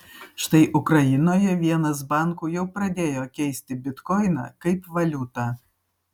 štai ukrainoje vienas bankų jau pradėjo keisti bitkoiną kaip valiutą